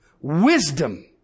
Wisdom